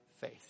faith